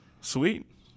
Sweet